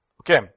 Okay